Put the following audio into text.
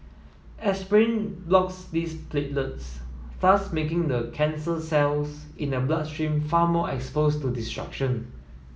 aspirin blocks these platelets thus making the cancer cells in the bloodstream far more expose to destruction